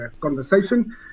conversation